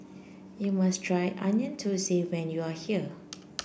you must try Onion Thosai when you are here